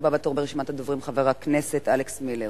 הבא בתור ברשימת הדוברים, חבר הכנסת אלכס מילר.